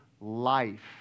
life